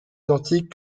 identique